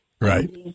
Right